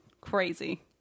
crazy